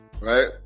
right